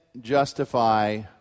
justify